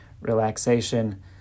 relaxation